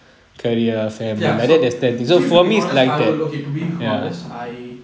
ya so actually to be honest I would okay to be honest I